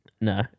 No